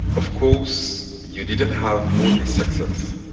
of course you didn't have all this success